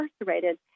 incarcerated